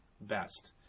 best